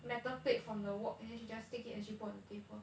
metal plate from the wok and then she just take it and she put on the table